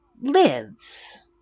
lives